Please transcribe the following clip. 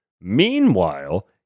Meanwhile